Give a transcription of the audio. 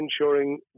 ensuring